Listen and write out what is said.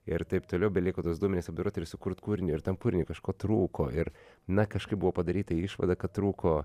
ir taip toliau beliko tuos duomenis apdoroti ir sukurt kūrinį ir tam kūriniui kažko trūko ir na kažkaip buvo padaryta išvada kad trūko